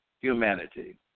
humanity